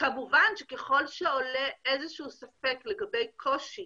כמובן ככל שעולה איזשהו ספק לגבי קושי